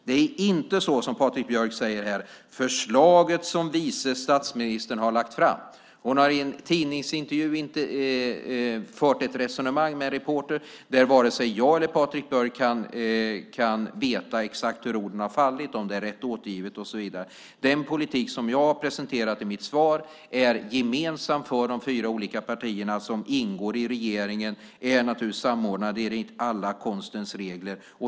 Det är inte så som Patrik Björck säger här att vice statsministern har lagt fram ett förslag. Hon har fört ett resonemang med en reporter i en tidningsintervju. Varken jag eller Patrik Björck kan veta hur orden exakt har fallit, om det är rätt återgivet och så vidare. Den politik som jag har presenterat i mitt svar är gemensam för de fyra olika partier som ingår i regeringen. Den är naturligtvis samordnad enligt alla konstens regler.